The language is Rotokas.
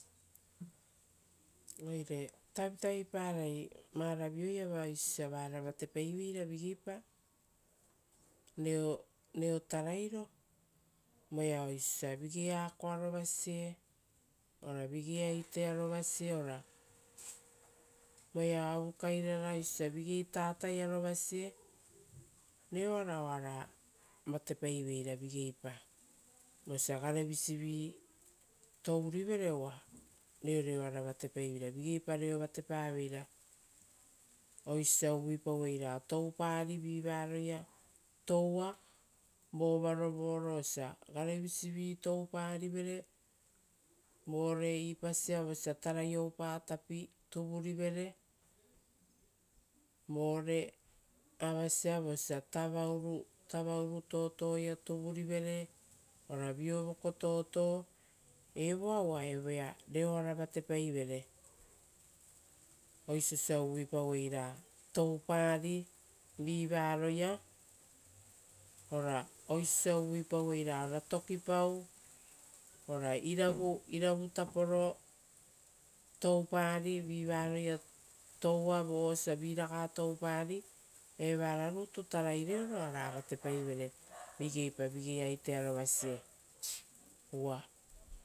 Oire tavitavi parai oisio osia vara vatepaiveira vigeipa reo tarairo voea oisio osia vigei akoaro vasie ora vigei aitearovasie ora voea avukairara oisio osia vigei tataiaro vasie. Reo ara oara vatepai veira vigeipa vosia garevisivi tourivere uva reoreoara vatepaiveira, vigeipa reo vatepaveira oisio uvuipaviei ra toupape vigei vararoia touara vova rovo oro osia garevisivi toupapere vore ipasia vosia taurai oupa tapi tuvurivere vore avasia vosia tavauru totoia tuvurivere ora viovoko toto, evoa uva evoea reoara vatepaivere oisio osia uvuipauei ra toupari, vivaroia ora oisio osia uvuipauei ra ora tokipau ora iravu taporo toupari vi varoia toua vos osia viraga toupari. Evara rutu tarai reoro oara vatepaivere vigei aitearo vasie. Uva